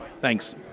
Thanks